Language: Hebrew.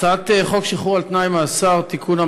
הצעת חוק שחרור על-תנאי ממאסר (תיקון,